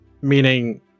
Meaning